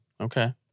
Okay